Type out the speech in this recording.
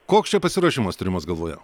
koks čia pasiruošimas turimas galvoje